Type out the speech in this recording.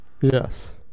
yes